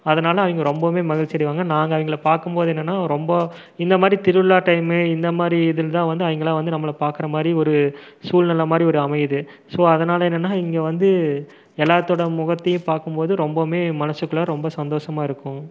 அதனால் அவங்க ரொம்பவுமே மகிழ்ச்சி அடையுவாங்க நாங்கள் அவங்கள பார்க்கும் போது என்னென்ன ரொம்ப இந்த மாதிரி திருவிழா டைமு இந்த மாதிரி இதில் வந்து அவங்கலாம் வந்து நம்மளை பார்க்குற மாதிரி ஒரு சூழ்நிலை மாதிரி ஒரு அமையுது ஸோ அதனால் என்னன்னா இங்கே வந்து எல்லாத்தோட முகத்தையும் பார்க்கும் போது ரொம்பவுமே மனசுக்குள்ள ரொம்ப சந்தோசமாயிருக்கும்